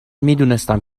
میدونستم